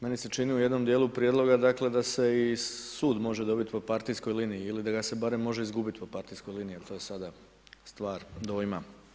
Meni se čini u jednom dijelu prijedloga dakle, da se i sud može dobiti po partijskog liniji ili da ga se barem može izgubiti po partijskoj liniji to je sada stvar dojma.